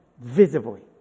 visibly